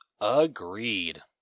Agreed